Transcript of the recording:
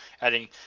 adding